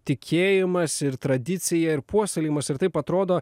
tikėjimas ir tradicija ir puoselėjimas ir taip atrodo